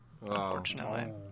unfortunately